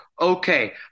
Okay